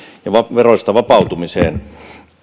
veroista vapautumiseen